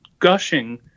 gushing